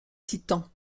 titan